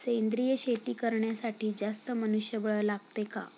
सेंद्रिय शेती करण्यासाठी जास्त मनुष्यबळ लागते का?